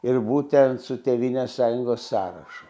ir būtent su tėvynės sąjungos sąrašu